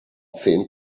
zehn